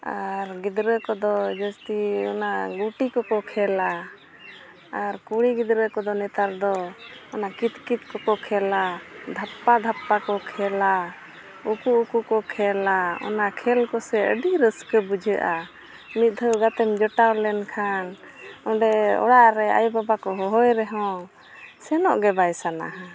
ᱟᱨ ᱜᱤᱫᱽᱨᱟᱹ ᱠᱚᱫᱚ ᱡᱟᱹᱥᱛᱤ ᱚᱱᱟ ᱜᱩᱴᱤ ᱠᱚᱠᱚ ᱠᱷᱮᱹᱞᱟ ᱟᱨ ᱠᱩᱲᱤ ᱜᱤᱫᱽᱨᱟᱹ ᱠᱚᱫᱚ ᱱᱮᱛᱟᱨ ᱫᱚ ᱚᱱᱟ ᱠᱤᱛ ᱠᱤᱛ ᱠᱚᱠᱚ ᱠᱷᱮᱹᱞᱟ ᱫᱷᱟᱯᱯᱟ ᱫᱷᱟᱯᱯᱟ ᱠᱚ ᱠᱷᱮᱹᱞᱟ ᱩᱠᱩ ᱩᱠᱩ ᱠᱚ ᱠᱷᱮᱹᱞᱟ ᱚᱱᱟ ᱠᱷᱮᱹᱞ ᱠᱚᱥᱮ ᱟᱹᱰᱤ ᱨᱟᱹᱥᱠᱟᱹ ᱵᱩᱡᱷᱟᱹᱜᱼᱟ ᱢᱤᱫ ᱫᱷᱟᱹᱣ ᱜᱟᱛᱮᱢ ᱡᱚᱴᱟᱣ ᱞᱮᱱᱠᱷᱟᱱ ᱚᱸᱰᱮ ᱚᱲᱟᱜ ᱨᱮ ᱟᱭᱳ ᱵᱟᱵᱟ ᱠᱚ ᱦᱚᱦᱚᱭ ᱨᱮᱦᱚᱸ ᱥᱮᱱᱚᱜ ᱜᱮ ᱵᱟᱭ ᱥᱟᱱᱟᱦᱟ